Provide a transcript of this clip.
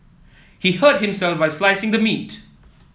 he hurt himself while slicing the meat